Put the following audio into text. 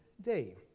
day